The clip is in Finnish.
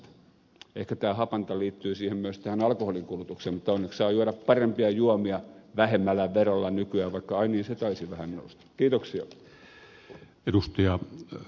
ehkä tämä hapanta liittyy myös tähän alkoholinkulutukseen mutta onneksi saa juoda parempia juomia vähemmällä verolla nykyään ai niin se taisi vähän nousta